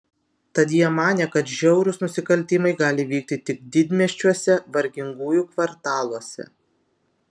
tad jie manė kad žiaurūs nusikaltimai gali vykti tik didmiesčiuose vargingųjų kvartaluose